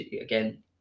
again